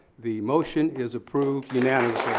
the motion is approved unanimously.